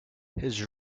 his